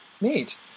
Neat